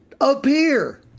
appear